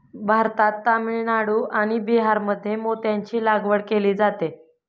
भारतात तामिळनाडू आणि बिहारमध्ये मोत्यांची लागवड केली जाते